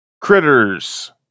Critters